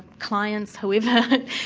clients, whoever,